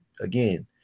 again